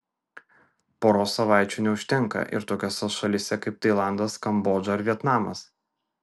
poros savaičių neužtenka ir tokiose šalyse kaip tailandas kambodža ar vietnamas